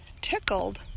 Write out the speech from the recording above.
tickled